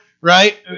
right